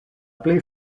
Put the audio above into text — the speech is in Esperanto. plej